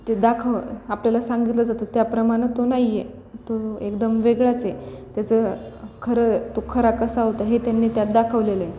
ते दाखव आपल्याला सांगितलं जातं त्या प्रमाणे तो नाही आहे तो एकदम वेगळाच आहे त्याचं खरं तो खरा कसा होता हे त्यांनी त्यात दाखवलेलं आहे